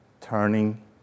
turning